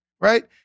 right